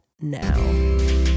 now